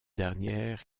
dernière